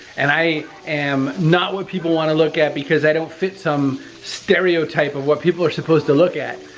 and i am not what people wanna look at because i don't fit some stereotype of what people are supposed to look at.